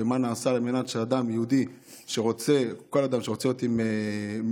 ומה נעשה על מנת שאדם יהודי וכל אדם שרוצה להיות עם זקן,